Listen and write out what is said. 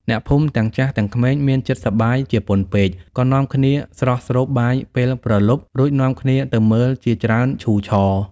អ្នកភូមិទាំងចាស់ទាំងក្មេងមានចិត្តសប្បាយជាពន់ពេកក៏នាំគ្នាស្រស់ស្រូបបាយពេលព្រលប់ រួចនាំគ្នាទៅមើលជាច្រើនឈូឆរ។